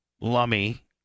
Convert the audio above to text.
Lummy